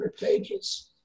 pages